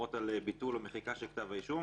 להורות על ביטול או מחיקה של כתב האישום.